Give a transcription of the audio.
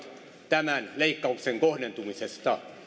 tämän leikkauksen kohdentumisesta